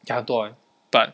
加短板